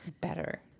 Better